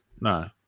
no